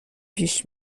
پیش